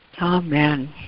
Amen